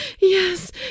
Yes